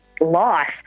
life